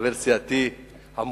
חבר סיעתי המוכשר,